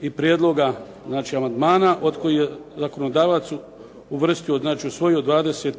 i prijedloga, znači amandmana od kojih je zakonodavac uvrstio znači usvojio 25